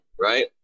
right